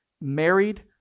married